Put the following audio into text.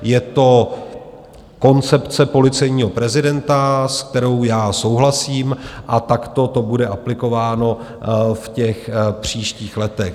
Je to koncepce policejního prezidenta, s kterou souhlasím, a takto to bude aplikováno v příštích letech.